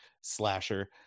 slasher